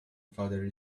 father